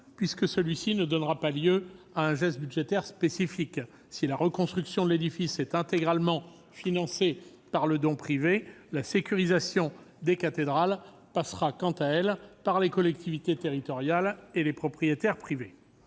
puisque ce plan ne donnera pas lieu à un geste budgétaire spécifique. Si la reconstruction de l'édifice est intégralement financée par le don privé, la sécurisation des cathédrales passera, quant à elle, par les collectivités territoriales et les propriétaires privés.